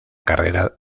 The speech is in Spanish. carrera